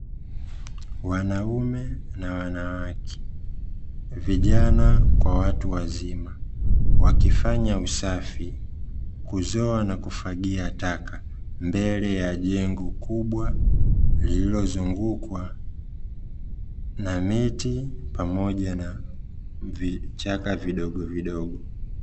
Wanaume na wanawake, vijana kwa watu wazima, wakifanya usafi kuzoa na kufagia taka, mbele ya jengo kubwa lililozungukwa na miti, pamoja na vichaka vidogovidogo.